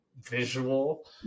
visual